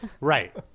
Right